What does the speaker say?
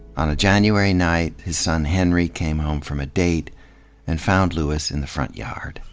on a january night, his son henry came home from a date and found lewis in the front yard.